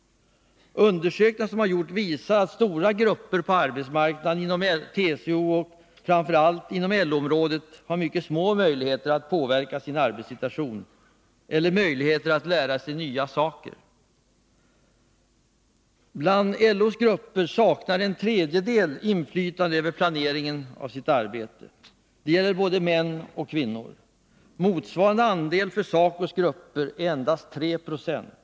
Undersökningar som har gjorts visar att stora grupper på arbetsmarknaden inom TCO och framför allt inom LO-området har mycket små möjligheter att påverka sin arbetssituation eller att ”lära sig nya saker”. Bland LO:s grupper saknar en tredjedel inflytande över planeringen av arbetet. Det gäller både män och kvinnor. Motsvarande andel för SACO:s grupper är endast 3 90.